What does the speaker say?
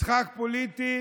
משחק פוליטי